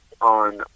on